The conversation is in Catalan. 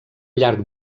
llarg